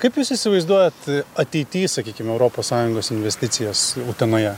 kaip jūs įsivaizduojat ateity sakykim europos sąjungos investicijas utenoje